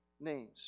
names